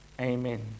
amen